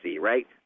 right